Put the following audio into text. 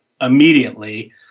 immediately